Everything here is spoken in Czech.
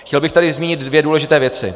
Chtěl bych tady zmínit dvě důležité věci.